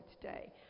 today